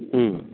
ꯎꯝ